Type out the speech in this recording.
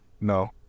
no